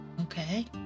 Okay